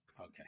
Okay